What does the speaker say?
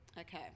Okay